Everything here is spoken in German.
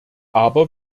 aber